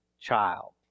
child